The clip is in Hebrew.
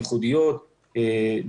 ייחודיות,